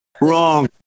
Wrong